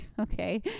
okay